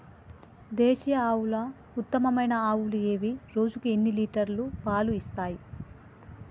దేశీయ ఆవుల ఉత్తమమైన ఆవులు ఏవి? రోజుకు ఎన్ని లీటర్ల పాలు ఇస్తాయి?